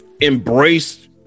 Embrace